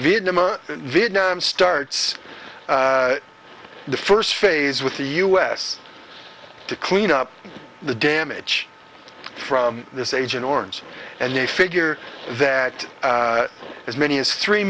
vietnam or vietnam starts the first phase with the us to clean up the damage from this agent orange and they figure that as many as three